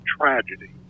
tragedy